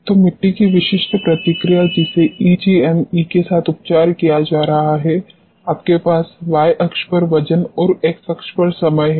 तो मिट्टी की विशिष्ट प्रतिक्रिया जिसे ईजीएमई के साथ उपचार किया जा रहा है आपके पास y अक्ष पर वजन और x अक्ष पर समय है